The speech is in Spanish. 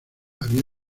había